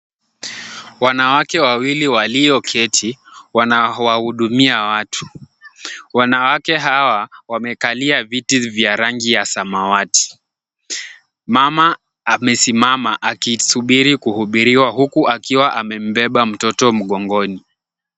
Wanawake wawili walioketi wanawahudumia watu. Wanawake hawa wamekalia viti vya rangi ya samawati. Mama amesimama akisubiri kuhudumiwa huku akiwa amembeba mtoto mgongoni.